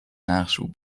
nachschub